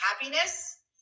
happiness